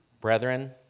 Brethren